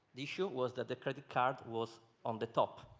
the issue was that the credit card was on the top.